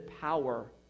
power